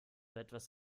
etwas